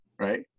Right